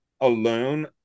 alone